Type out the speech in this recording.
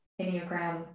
Enneagram